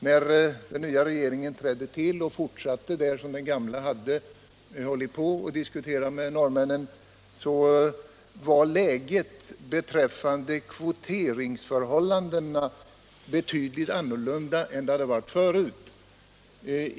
När den nya regeringen trädde till och fortsatte den gamla regeringens diskussioner med norrmännen var läget beträffande kvoteringsförhållandena betydligt annorlunda än det hade varit förut.